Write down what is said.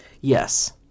yes